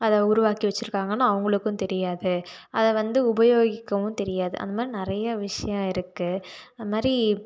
அதை உருவாக்கி வச்சிருக்காங்கனு அவங்களுக்கும் தெரியாது அதை வந்து உபயோகிக்கவும் தெரியாது அந்த மாதிரி நிறைய விஷயம் இருக்குது அது மாதிரி